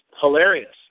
hilarious